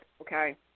okay